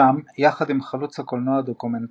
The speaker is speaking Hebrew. שם, יחד עם חלוץ הקולנוע הדוקומנטרי